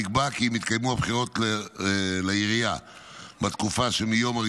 נקבע כי אם התקיימו בחירות לראשות העירייה בתקופה שמיום 1